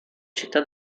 città